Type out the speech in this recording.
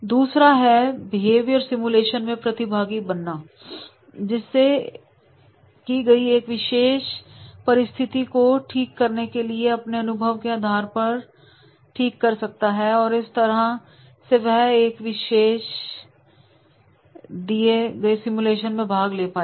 दूसरा है behaviour simulation में प्रतिभागी बन्ना जिसे गई एक विशेष परिस्थिति को ठीक करने के लिए अपने अनुभव के आधार पर ठीक कर सकता है और इस तरह से वह एक विशेष दिए वियर सिमुलेशन में भाग ले पाएगा